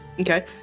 Okay